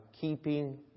keeping